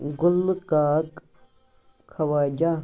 Gula Kak Khawaja